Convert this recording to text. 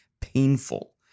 painful